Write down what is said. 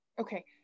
Okay